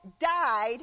died